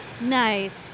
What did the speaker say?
Nice